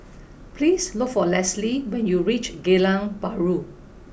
please look for Lesley when you reach Geylang Bahru